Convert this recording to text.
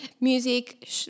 Music